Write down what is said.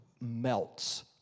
melts